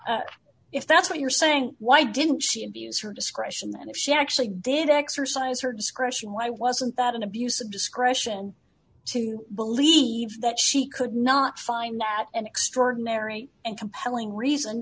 if that's what you're saying why didn't she abuse her discretion and she actually did exercise her discretion why wasn't that an abuse of discretion to believe that she could not find that an extraordinary and compelling reason